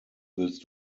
willst